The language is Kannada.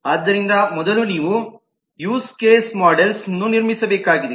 ಆದ್ದರಿಂದ ಮೊದಲು ನೀವು ಯೂಸ್ ಕೇಸ್ ಮೋಡೆಲ್ಸ್ ನ್ನು ನಿರ್ಮಿಸಬೇಕಾಗಿದೆ